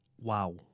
Wow